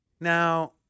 Now –